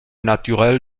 naturel